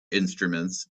instruments